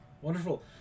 Wonderful